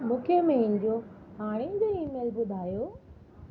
मूंखे मुंहिंजो हाणे जो ईमेल ॿुधायो